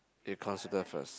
you consider first